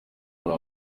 muri